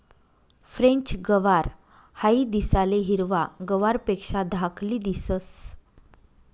French गवार हाई दिसाले हिरवा गवारपेक्षा धाकली दिसंस